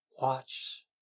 Watch